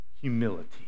humility